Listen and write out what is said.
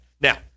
Now